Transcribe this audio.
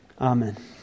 amen